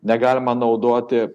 negalima naudoti